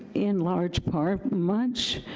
in large part, much